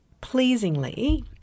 pleasingly